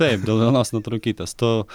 taip dėl vienos nuotraukytės tu